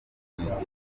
internet